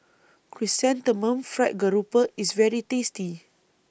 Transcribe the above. Chrysanthemum Fried Grouper IS very tasty